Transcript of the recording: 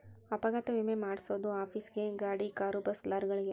ಅಪಘಾತ ವಿಮೆ ಮಾದ್ಸೊದು ಆಫೀಸ್ ಗೇ ಗಾಡಿ ಕಾರು ಬಸ್ ಲಾರಿಗಳಿಗೆ